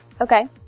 Okay